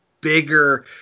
bigger